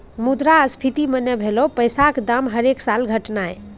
मुद्रास्फीति मने भलौ पैसाक दाम हरेक साल घटनाय